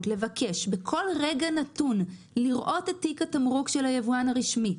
לבקש בכל רגע נתון לראות את התיק התמרוק של היבואן הרשמי.